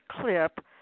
clip